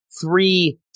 three